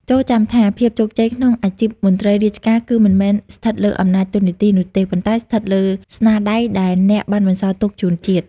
ចូរចាំថា ភាពជោគជ័យក្នុងអាជីពមន្ត្រីរាជការ គឺមិនមែនស្ថិតលើអំណាចតួនាទីនោះទេ ប៉ុន្តែស្ថិតលើស្នាដៃដែលអ្នកបានបន្សល់ទុកជូនជាតិ។